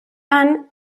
han